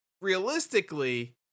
realistically